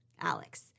Alex